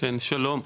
כן שלום,